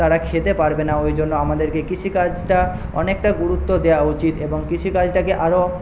তারা খেতে পারবে না ওই জন্য আমাদেরকে কৃষিকাজটা অনেকটা গুরুত্ব দেওয়া উচিত এবং কৃষিকাজটাকে আরো